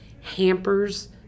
hampers